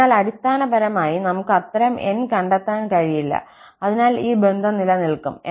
അതിനാൽ അടിസ്ഥാനപരമായി നമുക്ക് അത്തരം 𝑁 കണ്ടെത്താൻ കഴിയില്ല അതിനാൽ ഈ ബന്ധം നിലനിൽക്കും